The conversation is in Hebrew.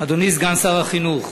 אדוני סגן שר החינוך,